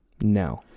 No